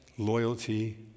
loyalty